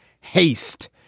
haste